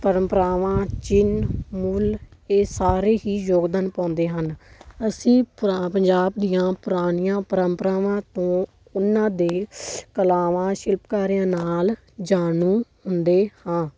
ਪਰੰਪਰਾਵਾਂ ਚਿੰਨ੍ਹ ਮੁੱਲ ਇਹ ਸਾਰੇ ਹੀ ਯੋਗਦਾਨ ਪਾਉਂਦੇ ਹਨ ਅਸੀਂ ਪੁਰਾਣੇ ਪੰਜਾਬ ਦੀਆਂ ਪੁਰਾਣੀਆਂ ਪਰੰਪਰਾਵਾਂ ਤੋਂ ਉਹਨਾਂ ਦੇ ਕਲਾਵਾਂ ਸ਼ਿਲਪਕਾਰਿਆਂ ਨਾਲ ਜਾਣੂ ਹੁੰਦੇ ਹਾਂ